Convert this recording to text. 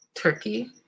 Turkey